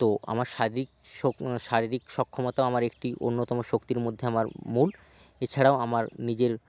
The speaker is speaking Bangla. তো আমার শারীরিক সক্ষমতাও আমার একটি অন্যতম শক্তির মধ্যে আমার মন এছাড়াও আমার নিজের